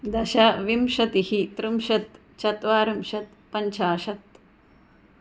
दश विंशतिः त्रिंशत् चत्वारिंशत् पञ्चाशत्